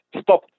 stop